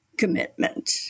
commitment